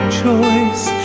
choice